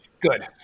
Good